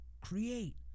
Create